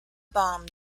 bomb